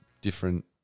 different